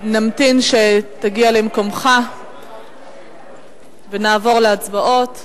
נמתין שתגיע למקומך ונעבור להצבעות.